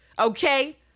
okay